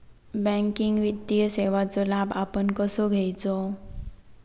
Banking वित्तीय सेवाचो लाभ आपण कसो घेयाचो?